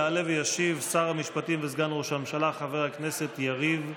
יעלה וישיב שר המשפטים וסגן ראש הממשלה חבר הכנסת יריב לוין.